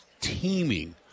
teeming